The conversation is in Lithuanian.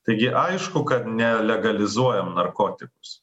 taigi aišku kad ne legalizuojam narkotikus